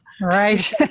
right